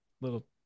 little